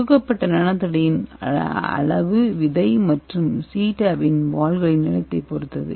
தொகுக்கப்பட்ட நானோ தடியின் அளவு விதை அளவு மற்றும் CTAB இன் வால்களின் நீளத்தைப் பொறுத்தது